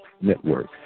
Network